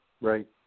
right